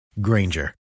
Granger